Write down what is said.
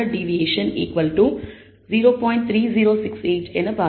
3068 என பார்த்தோம்